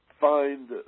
find